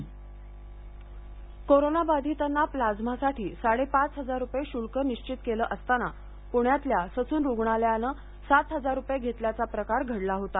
Sassoon करोनाबाधितांना प्लाझ्मासाठी साडेपाच हजार रुपये शुल्क निश्चित केले असताना पुण्यातल्या ससून रुग्णालयाने सात हजार रुपये घेतल्याचा प्रकार घडला होता